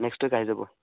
next week আহি যাব